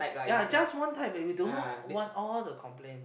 yea just one type that we don't know want all the complaints